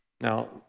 Now